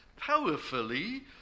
powerfully